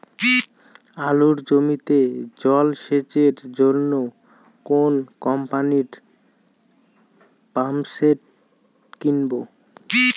আলুর জমিতে জল সেচের জন্য কোন কোম্পানির পাম্পসেট কিনব?